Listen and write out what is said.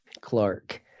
Clark